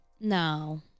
No